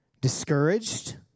discouraged